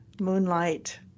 moonlight